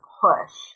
push